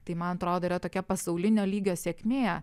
tai man atrodo yra tokia pasaulinio lygio sėkmė